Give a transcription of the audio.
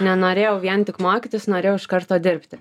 nenorėjau vien tik mokytis norėjau iš karto dirbti